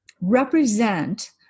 represent